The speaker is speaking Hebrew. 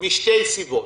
משתי סיבות: